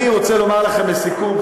אני רוצה לומר לכם לסיכום,